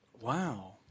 Wow